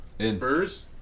Spurs